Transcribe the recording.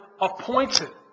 appointed